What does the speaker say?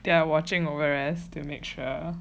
there are watching over us to make sure